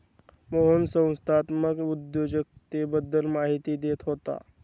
मोहन संस्थात्मक उद्योजकतेबद्दल माहिती देत होता